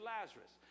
Lazarus